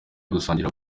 gusangira